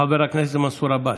חבר הכנסת מנסור עבאס.